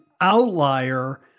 outlier